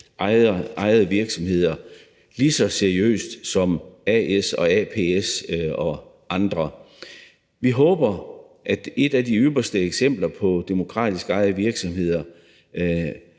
ejede virksomheder lige så seriøst som a/s, aps og andre. Vi håber, at et af de ypperste eksempler på demokratisk ejede virksomheder,